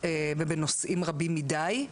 ובנושאים רבים מדיי,